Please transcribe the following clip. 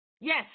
Yes